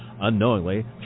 Unknowingly